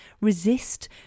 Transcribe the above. resist